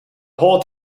whole